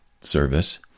service